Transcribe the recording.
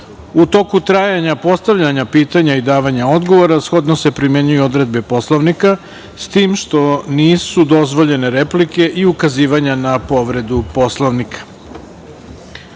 toku trajanja postavljanja pitanja i davanja odgovora, shodno se primenjuju i odredbe Poslovnika s tim što nisu dozvoljene replike i ukazivanja na povredu Poslovnika. Prelazimo